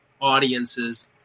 audiences